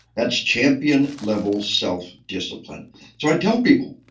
that's champion-level self-discipline so i tell people,